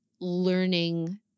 learning